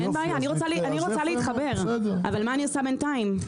אני רוצה להתחבר אבל מה אני עושה בינתיים?